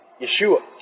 Yeshua